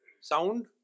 Sound